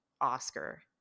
oscar